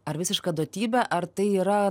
ar visiška duotybė ar tai yra